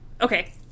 okay